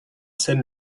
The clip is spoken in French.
scène